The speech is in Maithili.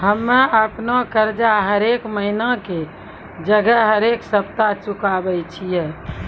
हम्मे अपनो कर्जा हरेक महिना के जगह हरेक सप्ताह चुकाबै छियै